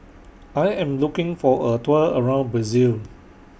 I Am looking For A Tour around Brazil